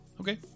Okay